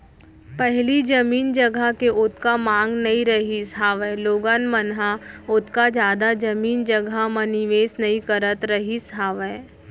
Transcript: पहिली जमीन जघा के ओतका मांग नइ रहिस हावय लोगन मन ह ओतका जादा जमीन जघा म निवेस नइ करत रहिस हावय